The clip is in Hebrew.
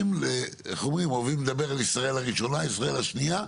איך אומרים אוהבים לדבר על ישראל הראשונה ישראל השנייה,